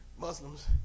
Muslims